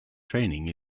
training